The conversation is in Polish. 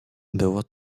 było